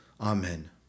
Amen